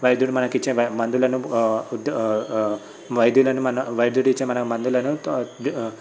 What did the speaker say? వైద్యుడు మనకు ఇచ్చే మందులను వైద్యులను మన వైద్యుడు ఇచ్చే మన మందులను